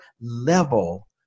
level